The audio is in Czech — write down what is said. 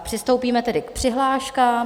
Přistoupíme tedy k přihláškám.